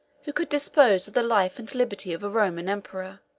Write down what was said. who could dispose of the life and liberty of a roman emperor.